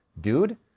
Dude